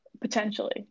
potentially